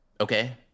Okay